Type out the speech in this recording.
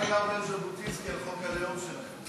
מה היה אומר ז'בוטינסקי על חוק הלאום שלכם?